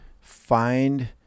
Find